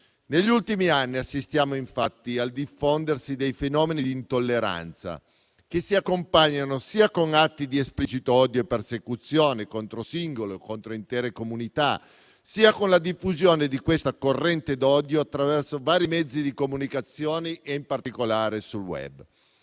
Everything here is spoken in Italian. Negli ultimi anni assistiamo infatti al diffondersi dei fenomeni di intolleranza, che si accompagnano sia con atti di esplicito odio e persecuzione - contro singoli o intere comunità - sia con la diffusione di questa corrente d'odio attraverso vari mezzi di comunicazione, in particolare sul *web*.